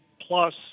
plus